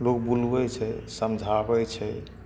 लोग बुलबै छै समझाबै छै